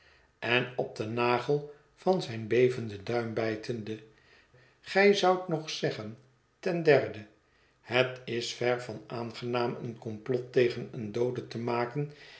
en op den nagel van zijn bevenden duim bijtende gij zoudt nog zeggen ten derde het is ver van aangenaam een komplot tegen een doode te maken